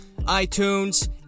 iTunes